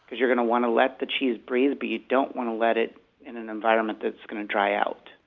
but you're going to want to let the cheese breathe, but you don't want to let it in an environment that's going to dry it out.